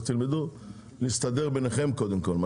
אז תלמדו להסתדר ביניכם קודם כול.